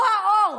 הוא האור.